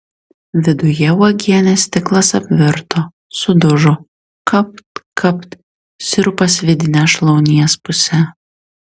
viduje uogienės stiklas apvirto sudužo kapt kapt sirupas vidine šlaunies puse